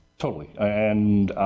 totally. and,